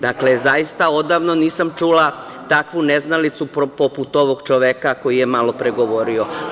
Dakle, zaista odavno nisam čula takvu neznalicu poput ovog čoveka koji je malopre govorio.